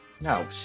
No